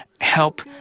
help